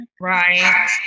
Right